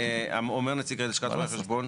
אומר נציג לשכת רואי החשבון,